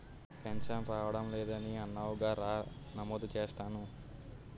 pension రావడం లేదని అన్నావుగా రా నమోదు చేస్తాను